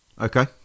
Okay